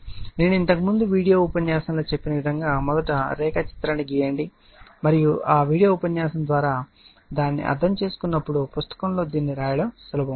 నేను ఇంతకు ముందు వీడియో ఉపన్యాసంలో చెప్పిన విధంగా మొదట ఆ రేఖాచిత్రాన్ని గీయండి మరియు ఆ వీడియో ఉపన్యాసం ద్వారా దాన్ని అర్థం చేసుకునప్పుడు పుస్తకం లో దీన్ని రాయడం సులభం అవుతుంది